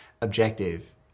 objective